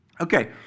Okay